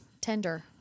tender